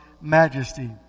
majesty